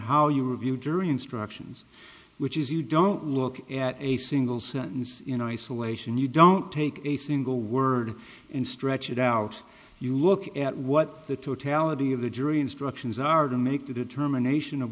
how you review jury instructions which is you don't look at a single sentence in isolation you don't take a single word and stretch it out you look at what the totality of the jury instructions are to make the determination of